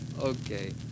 Okay